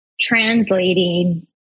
translating